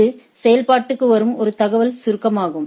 இது செயல்பாட்டுக்கு வரும் ஒரு தகவல் சுருக்கமாகும்